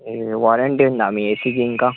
warranty ఉందా మీ ఏసీకి ఇంకా